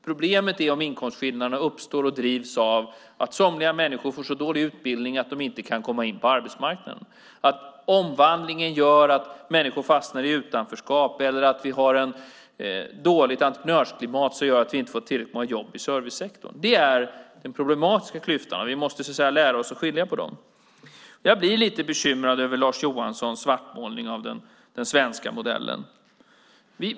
Problemet är om inkomstskillnaderna uppstår och drivs av att somliga människor får så dålig utbildning att de inte kan komma in på arbetsmarknaden, att omvandlingen gör att människor fastnar i utanförskap eller att vi har ett dåligt entreprenörsklimat som gör att vi inte får tillräckligt många jobb i servicesektorn. Det är den problematiska klyftan. Vi måste lära oss att skilja på dem. Jag blir lite bekymrad över Lars Johanssons svartmålning av den svenska modellen.